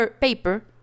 paper